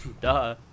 duh